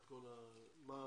בבקשה,